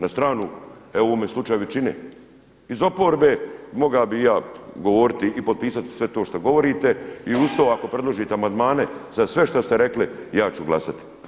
Na stranu evo u ovome slučaju većine iz oporbe, mogao bi ja govoriti i potpisati sve to što govorite i uz to ako predložite amandmane za sve što ste rekli ja ću glasati.